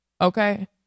Okay